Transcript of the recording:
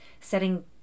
setting